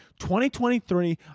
2023